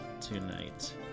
tonight